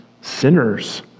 sinners